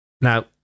Now